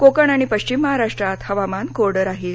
कोकण आणि पश्चिम महाराष्ट्रात हवामान कोरडं राहील